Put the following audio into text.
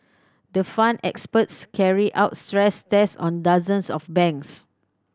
the Fund experts carried out stress tests on dozens of banks